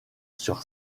sur